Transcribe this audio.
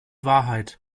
wahrheit